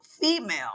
female